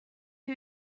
who